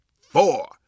four